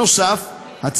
נוסף על כך,